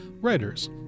writers